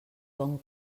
bon